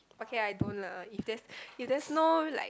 okay I don't lah if there's if there's no like